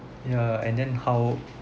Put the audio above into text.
ya and then how